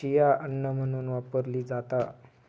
chia अन्न म्हणून वापरली जाता